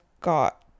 got